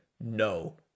No